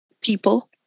people